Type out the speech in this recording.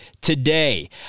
today